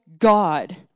God